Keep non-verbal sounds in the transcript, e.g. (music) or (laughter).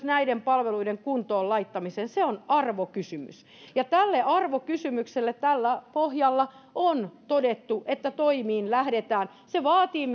(unintelligible) näiden palveluiden kuntoon laittamiseen se on arvokysymys ja tästä arvokysymyksestä tällä pohjalla on todettu että toimiin lähdetään se vaatii (unintelligible)